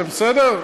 זה בסדר?